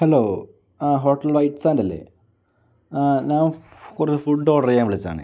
hello ആ hotel white sand അല്ലേ ഞാൻ ഒരു ഫുഡ് ഓഡർ ചെയ്യാൻ വിളിച്ചതാണേ